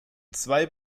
zwei